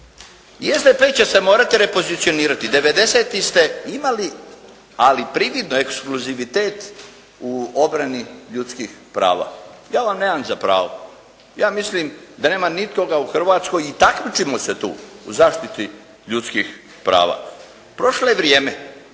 I SDP će se morati … /Ne razumije se./ … 90-tih ste imali, ali prividno eskluzivitet u obrani ljudskih prava. Ja vam nemam za pravo. Ja mislim da nema ni toga u Hrvatskoj i takmičimo se tu, u zaštiti ljudskih prava. Prošlo je vrijeme